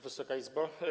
Wysoka Izbo!